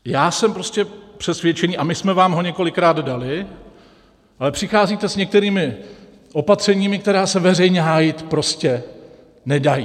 Já jsem přesvědčený, a my jsme vám ho několikrát dali, ale přicházíte s některými opatřeními, která se veřejně hájit prostě nedají.